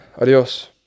adios